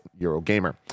Eurogamer